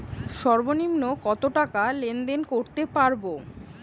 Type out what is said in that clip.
সর্বনিম্ন কত টাকা লেনদেন করতে পারবো?